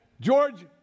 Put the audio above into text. George